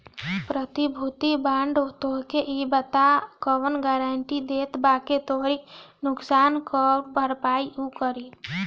प्रतिभूति बांड तोहके इ बात कअ गारंटी देत बाकि तोहरी नुकसान कअ भरपाई उ करी